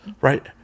Right